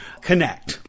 connect